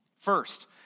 First